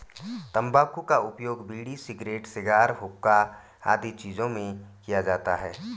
तंबाकू का उपयोग बीड़ी, सिगरेट, शिगार, हुक्का आदि चीजों में किया जाता है